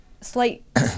Slight